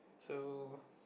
so